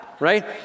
right